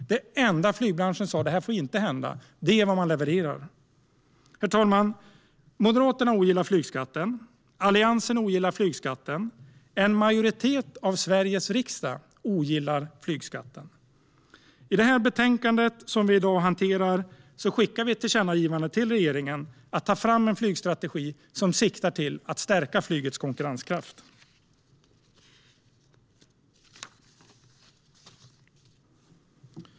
Det enda som flygbranschen sa inte får hända är vad man levererar. Herr talman! Moderaterna ogillar flygskatten. Alliansen ogillar flygskatten. En majoritet av Sveriges riksdag ogillar flygskatten. I det betänkande vi hanterar i dag finns ett förslag om att skicka ett tillkännagivande till regeringen att ta fram en flygstrategi som siktar till att stärka flygets konkurrenskraft.